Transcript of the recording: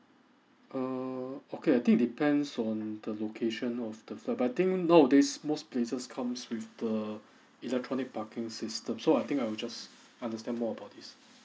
err okay I think depends on the first but I think nowadays most places comes with the electronic parking system so I think I will just understand more about this